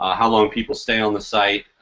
ah how long people stay on the site.